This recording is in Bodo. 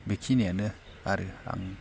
बेखिनियानो आरो आं